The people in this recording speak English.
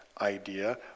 idea